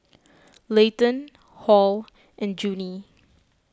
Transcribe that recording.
Layton Hall and Junie